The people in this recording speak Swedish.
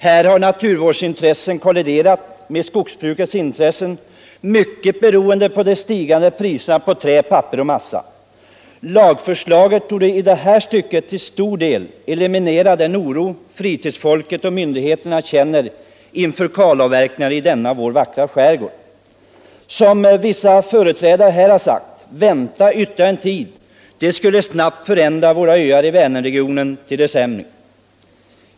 Här har naturvårdsintressen kolliderat med skogsbrukets intressen, mycket beroende på de stigande priserna på trä, papper och massa. Lagförslaget torde i det här stycket till stor del eliminera den oro fritidsfolket och myndigheterna känner inför kalavverkning i denna vår vackra skärgård. Att vänta ytterligare en tid, som vissa talare här har föreslagit, skulle snabbt förändra öarna i Vänernregionen till det sämre.